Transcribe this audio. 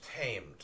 tamed